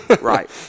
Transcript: Right